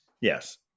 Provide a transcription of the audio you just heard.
Yes